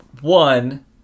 one